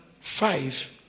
five